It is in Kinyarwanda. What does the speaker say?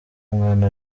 mwana